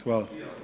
Hvala.